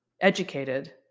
educated